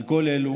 על כל אלו